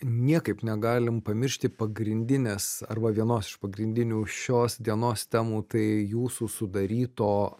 niekaip negalim pamiršti pagrindinės arba vienos iš pagrindinių šios dienos temų tai jūsų sudaryto